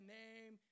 name